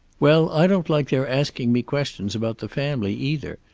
well, i don't like their asking me questions about the family either,